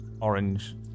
orange